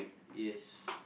yes